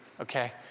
okay